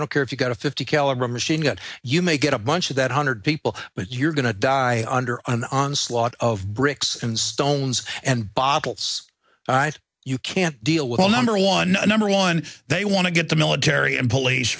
don't care if you've got a fifty caliber machine gun you make it a bunch of that hundred people but you're going to die under an onslaught of bricks and stones and bottles you can't deal with all number one number one they want to get the military and police